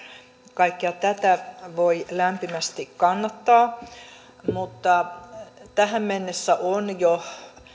kaikkea tätä voi lämpimästi kannattaa mutta tähän mennessä on jo